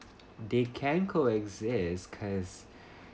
they can coexist cause